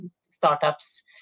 startups